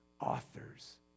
authors